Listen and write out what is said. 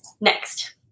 next